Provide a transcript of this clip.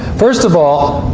first of all,